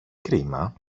κρίμα